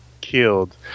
killed